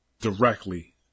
directly